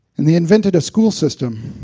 and they invented a school system.